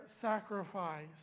sacrifice